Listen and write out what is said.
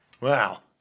Wow